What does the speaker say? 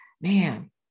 man